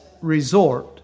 resort